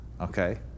okay